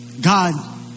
God